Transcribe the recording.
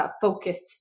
focused